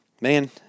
Man